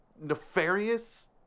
nefarious